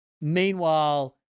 Meanwhile